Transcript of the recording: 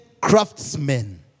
craftsmen